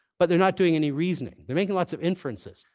but they're not doing any reasoning. they're making lots of inferences.